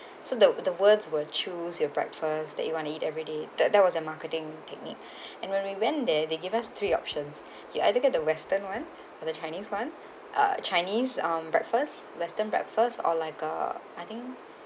so the the words were choose your breakfast that you want to eat everyday that that was a marketing technique and when we went there they give us three options you either get the western one or the chinese one uh chinese um breakfast western breakfast or like a I think